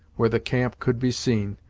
where the camp could be seen,